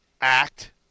act –